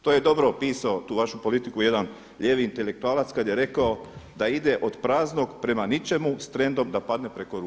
To je dobro opisao tu vašu politiku jedan lijevi intelektualac kada je rekao da ide od praznog prema ničemu s trendom da padne preko ruba.